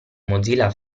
mozilla